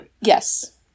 Yes